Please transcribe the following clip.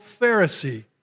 Pharisee